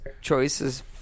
choices